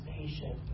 patient